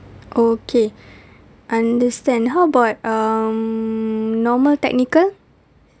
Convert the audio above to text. okay understand how about um normal technical